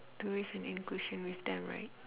to raise an inclusion with them right